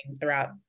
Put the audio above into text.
throughout